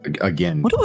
Again